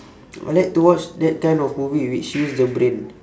I like to watch that kind of movie which use the brain